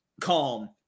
calm